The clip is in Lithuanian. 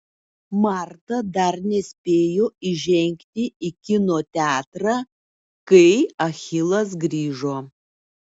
marta dar nespėjo įžengti į kino teatrą kai achilas grįžo